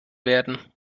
werden